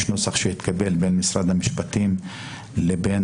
יש נוסח שהתקבל במשרד המשפטים לבין